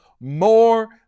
more